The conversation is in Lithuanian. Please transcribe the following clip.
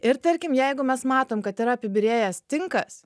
ir tarkim jeigu mes matom kad yra apibyrėjęs tinkas